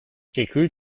gekühlt